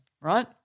right